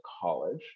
college